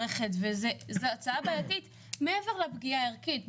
מעבר לפגיעה הערכית.